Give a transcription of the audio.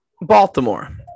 Baltimore